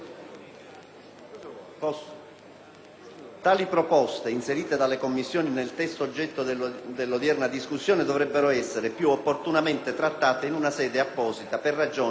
Tali proposte, inserite dalle Commissioni nel testo oggetto dell'odierna discussione, dovrebbero essere più opportunamente trattate in una sede apposita, per ragioni che in sintesi espongo.